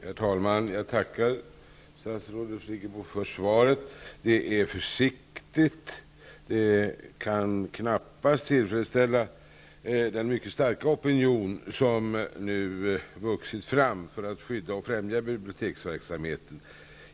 Herr talman! Jag tackar statsrådet Friggebo för svaret. Det är försiktigt. Det kan knappast tillfredsställa den mycket starka opinion som vuxit fram för att skydda och främja biblioteksverksamheten.